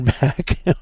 back